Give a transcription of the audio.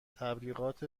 تبلیغات